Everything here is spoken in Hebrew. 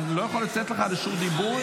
אני לא יכול לתת לך זכות דיבור,